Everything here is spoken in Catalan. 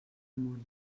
món